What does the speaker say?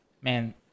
man